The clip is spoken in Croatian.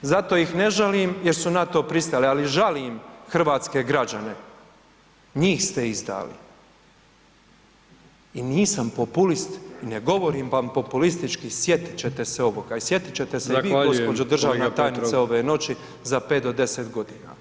Zato ih ne želim jer su na to pristali, ali žalim hrvatske građane, njih ste izdali i nisam populist i ne govorim vam populistički sjetit ćete se ovoga i sjetit ćete [[Upadica: Zahvaljujem kolega Petrov.]] se vi državna tajnice ove noći za 5 do 10 godina.